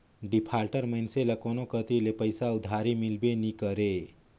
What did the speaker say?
defaulter मइनसे ल कोनो कती ले पइसा उधारी मिलबे नी करे